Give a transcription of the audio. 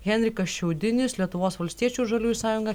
henrikas šiaudinis lietuvos valstiečių žaliųjų sąjunga